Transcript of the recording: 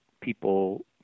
people